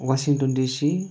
Washington DC